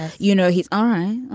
ah you know he's on